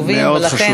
ולכן כולנו,